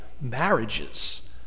marriages